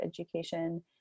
education